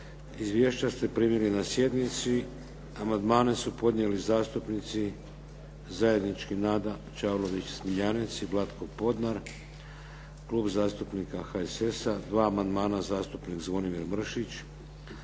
Izvješća ste primili na sjednici. Amandmane su podnijeli zastupnici zajednički Nada Čavlović Smiljanec i Vlatko Podnar, Klub zastupnika HSS-a, dva amandmana zastupnik Zvonimir Mršić,